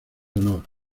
honor